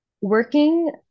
working